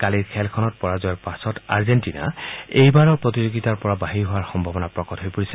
কালিৰ খেলখনত পৰাজয়ৰ পাছত আৰ্জেণ্টিনা এইবাৰৰ প্ৰতিযোগিতাৰ পৰা বাহিৰ হোৱাৰ সম্ভাৱনা প্ৰকট হৈ পৰিছে